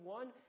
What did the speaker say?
one